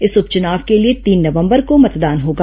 इस उपचुनाव के लिए तीन नवंबर को मतदान होगा